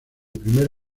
primer